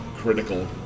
critical